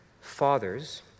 fathers